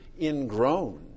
ingrown